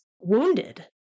wounded